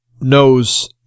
knows